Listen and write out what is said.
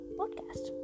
podcast